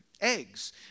Eggs